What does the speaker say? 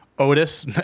otis